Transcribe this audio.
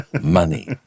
Money